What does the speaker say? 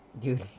Dude